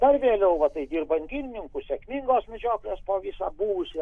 dar vėliau va tai dirbant girininku sėkmingos medžioklės po visą buvusią